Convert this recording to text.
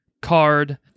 card